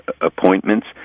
appointments